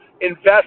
invest